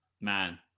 man